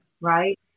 Right